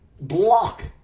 block